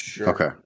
okay